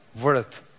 worth